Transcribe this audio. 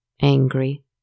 angry